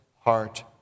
heart